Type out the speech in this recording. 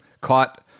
Caught